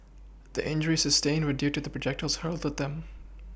the injuries sustained were due to projectiles hurled at them